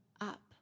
up